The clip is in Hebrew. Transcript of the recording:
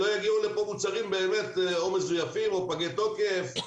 שלא יגיעו לפה מוצרים באמת או מזויפים או פגי תוקף,